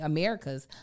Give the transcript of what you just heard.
America's